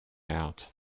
out